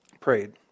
prayed